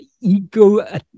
ego